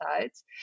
sides